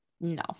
No